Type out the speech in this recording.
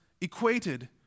equated